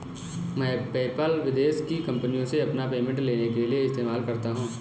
मैं पेपाल विदेश की कंपनीयों से अपना पेमेंट लेने के लिए इस्तेमाल करता हूँ